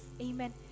amen